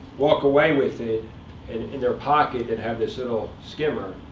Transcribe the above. walk away with it. and in their pocket, they'd have this little skimmer.